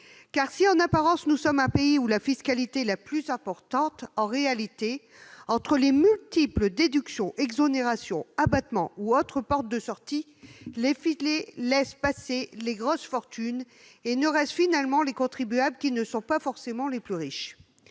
pays est, en apparence, celui dont la fiscalité est la plus importante, en réalité, entre les multiples déductions, exonérations, abattements ou autres portes de sortie, les filets laissent passer les grosses fortunes et il ne reste finalement que les contribuables qui ne sont pas forcément les plus riches.